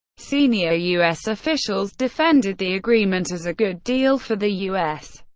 senior u s. officials defended the agreement as a good deal for the u s.